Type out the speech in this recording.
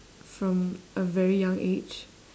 from a very young age